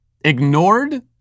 ignored